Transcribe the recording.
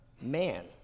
Man